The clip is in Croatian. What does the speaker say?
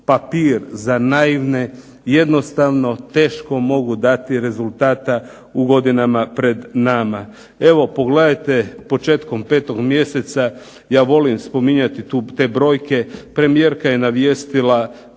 papir za naivne jednostavno teško mogu dati rezultata u godinama pred nama. Evo pogledajte, početkom 5. mjeseca, ja volim spominjati te brojke, premijerka je navijestila